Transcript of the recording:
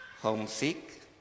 homesick